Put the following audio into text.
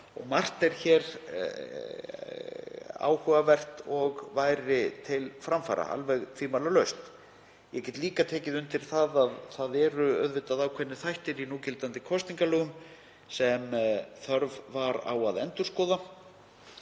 er margt áhugavert og væri til framfara, alveg tvímælalaust. Ég get líka tekið undir það að það eru ákveðnir þættir í núgildandi kosningalögum sem þörf var á að endurskoða